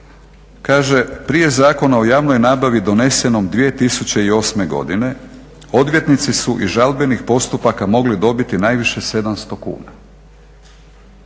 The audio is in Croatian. kaže, prije Zakona o javnoj nabavi donesenom 2008. godine odvjetnici su iz žalbenih postupaka mogli dobiti najviše 700 kuna,